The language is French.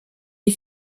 est